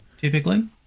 typically